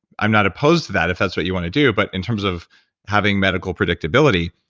i'm not opposed to that if that's what you wanna do, but in terms of having medical predictability,